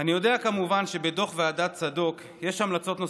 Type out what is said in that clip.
אני יודע כמובן שבדוח ועדת צדוק יש המלצות נוספות.